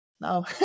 no